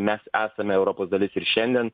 mes esame europos dalis ir šiandien